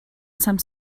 some